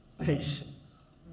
patience